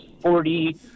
forty